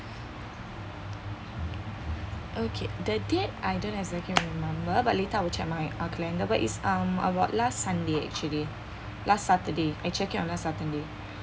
okay the date I don't exactly remember but later I will check my uh calendar but it's um I was last sunday actually last saturday I check in on last saturday